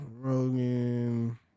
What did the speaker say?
Rogan